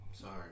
sorry